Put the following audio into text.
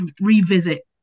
revisit